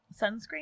sunscreen